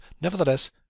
Nevertheless